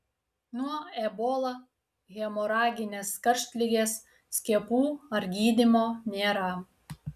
nuo ebola hemoraginės karštligės skiepų ar gydymo nėra